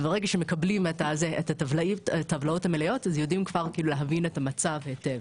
כשמקבלים את הטבלאות המלאות אז יודעים כבר להבין את המצב היטב.